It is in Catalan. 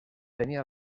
tenia